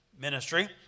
ministry